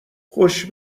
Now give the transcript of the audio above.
خوش